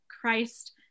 christ